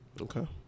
Okay